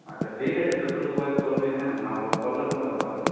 আচ্ছা ঠিক আছে যতটুকু পারিস করবি হ্যাঁ না পারলেও কোনো ব্যাপার নাই